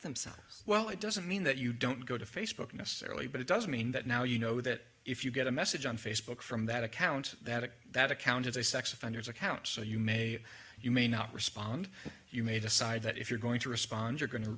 themselves well it doesn't mean that you don't go to facebook necessarily but it does mean that now you know that if you get a message on facebook from that account that it that account is a sex offenders account so you may you may not respond you may decide that if you're going to respond you're going to